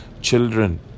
children